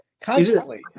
constantly